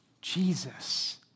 Jesus